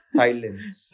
silence